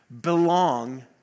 belong